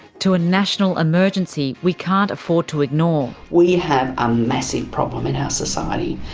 to a national emergency we can't afford to ignore. we have a massive problem in our society,